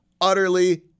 utterly